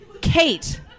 Kate